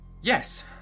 Yes